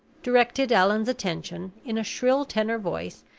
directed allan's attention, in a shrill tenor voice,